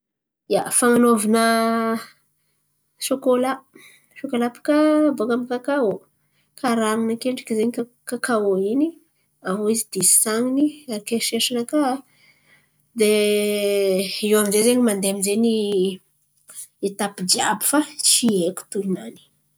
Ia, fan̈anaovana sôkôla sôkôla bàka boaka amy kakaô. Karan̈iny akendriky zen̈y ka- kakaô in̈y aviô izy disan̈iny, an̈aty eritreritrinakà. De iô aminjay zen̈y mandeha aminjay ny etapy jiàby fa tsy haiko tohinany.